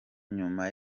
nyuma